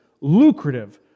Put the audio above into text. lucrative